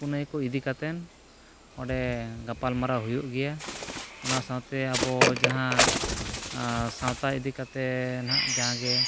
ᱯᱩᱱᱟᱹᱭ ᱠᱚ ᱤᱫᱤ ᱠᱟᱛᱮᱫ ᱚᱸᱰᱮ ᱜᱟᱯᱟᱞᱢᱟᱨᱟᱣ ᱦᱩᱭᱩᱜ ᱜᱮᱭᱟ ᱚᱱᱟ ᱥᱟᱶᱛᱮ ᱟᱵᱚ ᱡᱟᱦᱟᱸ ᱥᱟᱶᱛᱟ ᱤᱫᱤ ᱠᱟᱛᱮᱫ ᱦᱟᱸᱜ ᱡᱟᱜᱮ